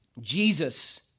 Jesus